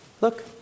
look